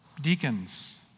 deacons